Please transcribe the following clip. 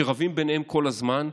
שרבים ביניהם כל הזמן,